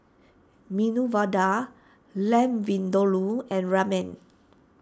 Medu Vada Lamb Vindaloo and Ramen